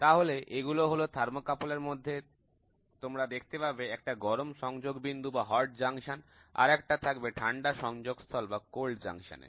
তাহলে এগুলো হল থার্মোকাপল এর মধ্যে তোমরা দেখতে পাবে একটা গরম সংযোগ বিন্দু আর একটা থাকবে ঠান্ডা সংযোগস্থল এ